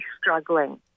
struggling